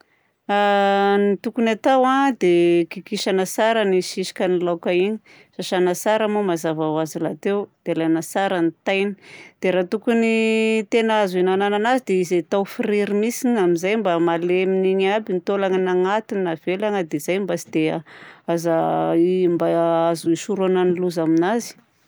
A ny tokony atao a dia: kikisana tsara ny sisikan'ny laoka iny, sasana tsara moa mazava ho azy rahateo, dia alana tsara ny tainy. Dia raha tokony tena azo ihinana azy dia izy atao friry mihitsy amin'izay mba malemin'igny aby ny taolagna any agnatiny na avelana. Dia izay mba tsy dia a aza i mba a azo hisorohana ny loza aminazy.